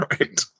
Right